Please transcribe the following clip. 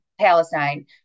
Palestine